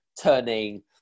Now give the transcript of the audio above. turning